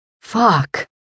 Fuck